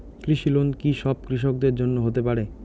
কৃষি লোন কি সব কৃষকদের জন্য হতে পারে?